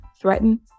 threaten